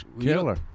killer